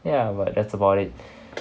ya but that's about it